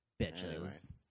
Bitches